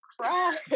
cry